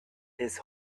his